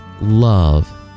love